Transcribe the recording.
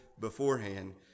beforehand